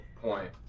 point